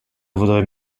vaudrait